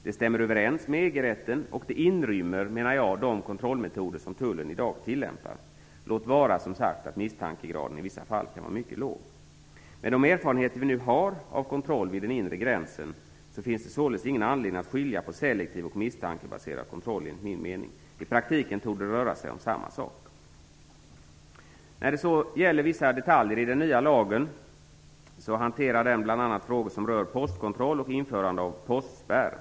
Det stämmer överens med EG-rätten och jag menar att det inrymmer de kontrollmetoder som tullen i dag tillämpar - låt vara att misstankegraden i vissa fall kan vara mycket låg, som sagt. Med de erfarenheter vi nu har av kontroll vid den inre gränsen finns det således ingen anledning att skilja på selektiv och misstankebaserad kontroll, enligt min mening. I praktiken torde det röra sig om samma sak. Vissa detaljer i den nya lagen hanterar bl.a. frågor som rör postkontroll och införande av postspärr.